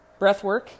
breathwork